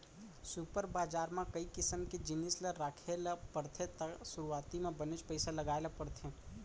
super बजार म कई किसम के जिनिस ल राखे ल परथे त सुरूवाती म बनेच पइसा लगाय ल परथे